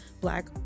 black